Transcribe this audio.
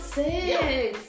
six